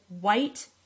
white